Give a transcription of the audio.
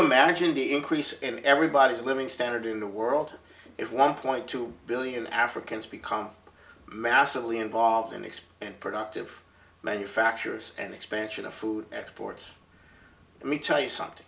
imagine the increase in everybody's living standard in the world if one point two billion africans become massively involved in expand productive manufacturers and expansion of food exports let me tell you something